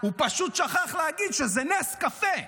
הוא פשוט שכח להגיד שזה נס קפה.